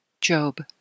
Job